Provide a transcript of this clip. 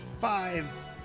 Five